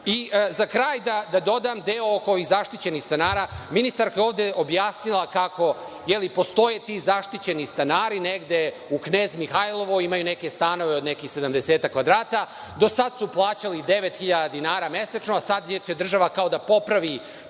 kraj da dodam deo oko ovih zaštićenih stanara, ministarka je ovde objasnila kako, je li, postoje ti zaštićeni stanari negde u Knez Mihajlovoj, imaju neke stanove od nekih sedamdesetak kvadrata. Do sad su plaćali devet hiljada dinara mesečno, a sad će država kao da popravi